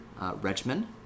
regimen